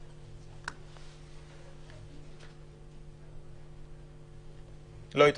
לא.